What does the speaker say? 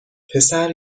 پسر